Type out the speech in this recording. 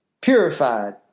purified